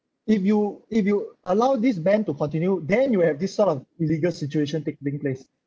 if you if you allow this ban to continue then you will have this sort of illegal situation take being place